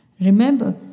Remember